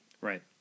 Right